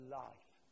life